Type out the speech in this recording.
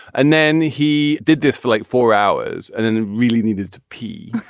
and then he did this for like four hours and then really needed to pee